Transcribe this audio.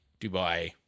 Dubai